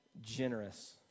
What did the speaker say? generous